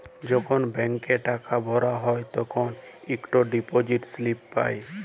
যখল ব্যাংকে টাকা ভরা হ্যায় তখল ইকট ডিপজিট ইস্লিপি পাঁই